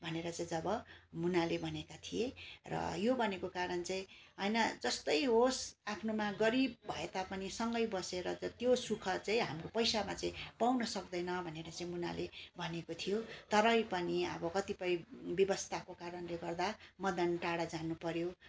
भनेर चाहिँ जब मुनाले भनेका थिए र यो भनेको कारण चाहिँ होइन जस्तै होस् आफ्नोमा गरिब भए तापनि सँगै बसेर त्यो सुख चाहिँ हाम्रो पैसामा चाहिँ पाउनु सक्दैन भनेर चाहिँ मुनाले भनेको थियो तरै पनि अब कतिपय विवसताको कारणले गर्दा मदन टाढा जानुपऱ्यो